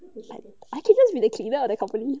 I I can just be the cleaner of the company